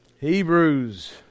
hebrews